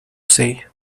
sei